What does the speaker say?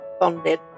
bonded